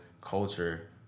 culture